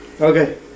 Okay